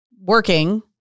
working